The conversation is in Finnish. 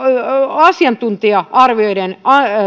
asiantuntija arvioiden